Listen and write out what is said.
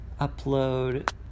upload